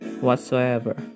whatsoever